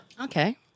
Okay